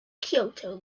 kyoto